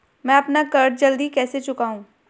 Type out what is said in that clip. मैं अपना कर्ज जल्दी कैसे चुकाऊं?